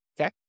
Okay